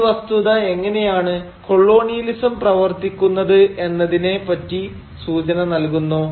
ഈ വസ്തുത എങ്ങനെയാണ് കൊളോണിയലിസം പ്രവർത്തിക്കുന്നത് എന്നതിനെ പറ്റി സൂചന നൽകുന്നു